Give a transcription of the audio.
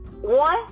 One